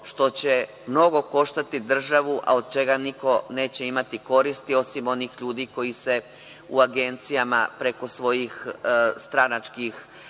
što će mnogo koštati državu a od čega niko neće imati koristi osim onih ljudi koji se u agencijama, preko svojih stranačkih